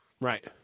Right